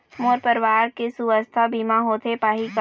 मोर परवार के सुवास्थ बीमा होथे पाही का?